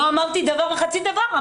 לא אמרתי דבר וחצי דבר.